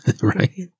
Right